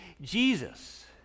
jesus